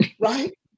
right